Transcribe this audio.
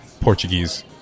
portuguese